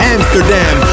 Amsterdam